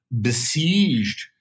besieged